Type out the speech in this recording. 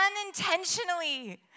unintentionally